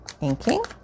Inking